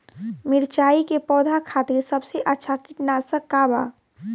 मिरचाई के पौधा खातिर सबसे अच्छा कीटनाशक का बा?